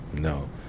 No